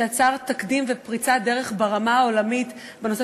שיצר תקדים ופריצת דרך ברמה העולמית בנושא